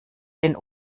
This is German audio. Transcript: den